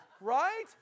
right